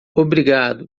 obrigado